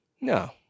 no